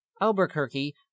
Albuquerque